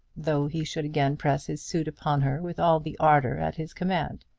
though he should again press his suit upon her with all the ardour at his command.